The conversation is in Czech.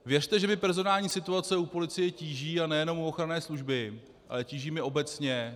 Věřte, že mě personální situace u policie tíží, a nejenom u ochranné služby, ale tíží mě obecně.